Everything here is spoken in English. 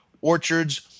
Orchards